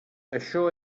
això